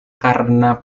karena